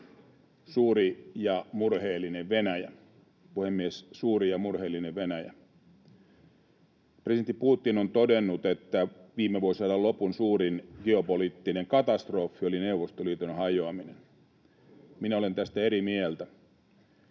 ”suuri ja murheellinen Venäjä” — puhemies, ”suuri ja murheellinen Venäjä”. Presidentti Putin on todennut, että viime vuosisadan lopun suurin geopoliittinen katastrofi oli Neuvostoliiton hajoaminen. Minä olen tästä eri mieltä.